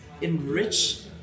enrich